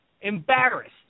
Embarrassed